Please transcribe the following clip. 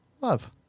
love